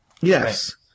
Yes